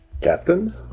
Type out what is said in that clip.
Captain